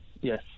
Yes